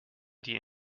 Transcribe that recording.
die